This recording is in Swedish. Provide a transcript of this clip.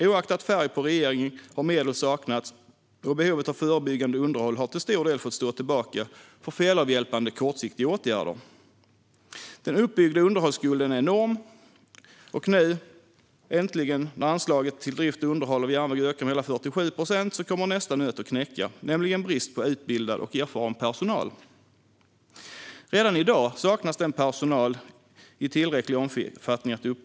Oavsett färg på regering har medel saknats, och behovet av förebyggande underhåll har till stor del fått stå tillbaka för felavhjälpande, kortsiktiga åtgärder. Den uppbyggda underhållsskulden är enorm, och när nu äntligen anslaget till drift och underhåll av järnväg ökar med hela 47 procent kommer nästa nöt att knäcka, nämligen bristen på utbildad och erfaren personal. Redan i dag är det svårt att uppbringa personal i tillräcklig omfattning.